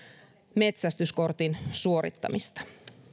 metsästyskortin suorittamista